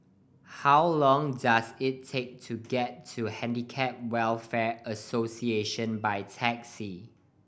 how long does it take to get to Handicap Welfare Association by taxi